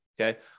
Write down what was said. Okay